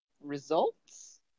results